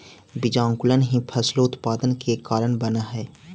बीजांकुरण ही फसलोत्पादन के कारण बनऽ हइ